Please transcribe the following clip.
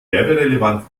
werberelevante